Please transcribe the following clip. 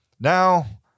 Now